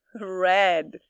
Red